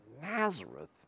Nazareth